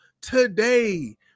Today